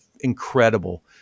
incredible